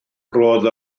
roedd